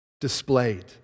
displayed